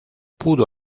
pudo